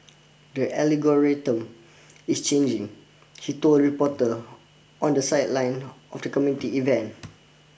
the is changing he told reporter on the sideline of the community event